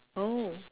oh